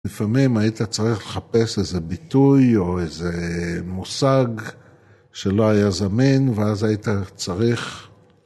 לפעמים היית צריך לחפש איזה ביטוי או איזה מושג שלא היה זמין ואז היית צריך